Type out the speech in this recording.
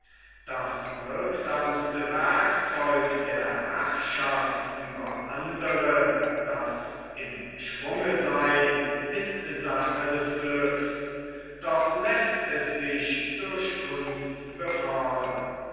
das wirksamste werkzeug der herrschaft über andre das im schwunge seyn ist sache des glücks doch läßt es sich durch kunst